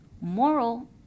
Moral